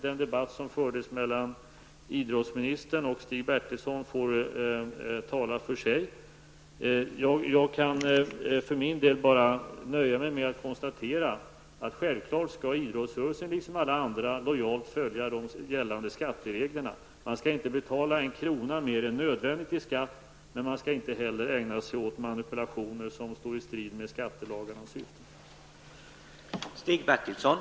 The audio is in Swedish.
Den debatt som fördes mellan idrottsministern och Stig Bertilsson får tala för sig. För min del kan jag nöja mig med att konstatera att självfallet skall idrottsrörelsen liksom alla andra lojalt följa de gällande skattereglerna. Man skall inte betala en krona mer än nödvändigt i skatt, men man skall inte heller ägna sig åt manipulationer som står i strid med skattelagarna.